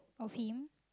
of him